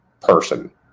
person